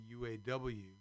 UAW